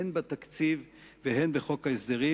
הן בתקציב והן בחוק ההסדרים,